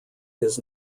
his